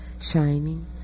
shining